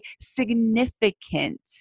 significant